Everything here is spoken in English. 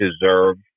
deserve